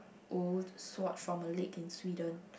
old sword from a lake in Sweden